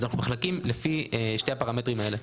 אנחנו מחלקים לפי שני הפרמטרים האלה.